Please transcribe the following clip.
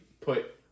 put